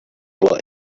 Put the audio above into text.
what